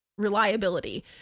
reliability